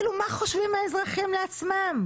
מה חושבים האזרחים לעצמם,